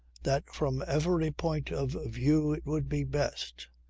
that from every point of view it would be best,